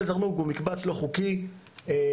אל זרמוק הוא מקבץ לא חוקי בנגב,